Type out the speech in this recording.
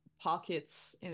pockets